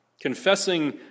Confessing